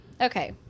Okay